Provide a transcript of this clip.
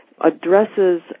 addresses